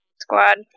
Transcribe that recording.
Squad